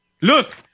Look